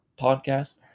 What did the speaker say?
podcast